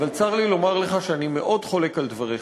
צר לי לומר לך שאני מאוד חולק על דבריך.